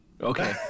Okay